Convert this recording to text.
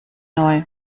neu